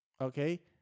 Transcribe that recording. Okay